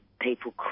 people